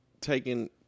taking